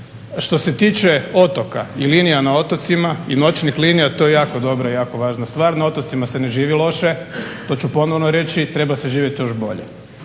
Što se tiče otoka i linija na otocima i noćnih linija to je jako dobra i jako dobra stvar. Na otocima se ne živi loše – to ću ponovno reći. Treba se živjeti još bolje.